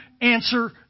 answer